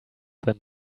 than